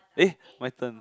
eh my turn